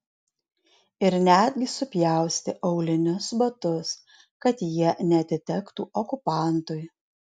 ir netgi supjaustė aulinius batus kad jie neatitektų okupantui